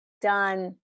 done